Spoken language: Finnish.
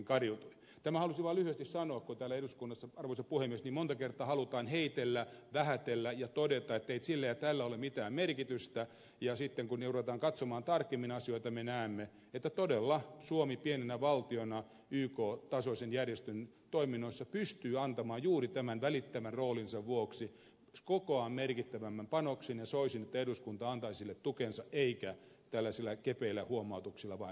tämän halusin vain lyhyesti sanoa kun täällä eduskunnassa arvoisa puhemies monta kertaa halutaan heitellä vähätellä ja todeta ettei sillä ja tällä ole mitään merkitystä ja sitten kun ruvetaan katsomaan tarkemmin asioita me näemme että todella suomi pienenä valtiona yk tasoisen järjestön toiminnoissa pystyy antamaan juuri tämän välittävän roolinsa vuoksi koko ajan merkittävämmän panoksen ja soisin että eduskunta antaisi sille tukensa eikä tällaisilla kepeillä huomautuksilla vain vähättelisi